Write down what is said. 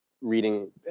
Reading